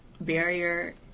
barrier